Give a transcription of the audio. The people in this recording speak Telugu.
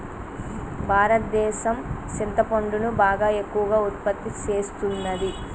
భారతదేసం సింతపండును బాగా ఎక్కువగా ఉత్పత్తి సేస్తున్నది